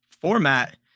format